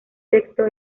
texto